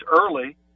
early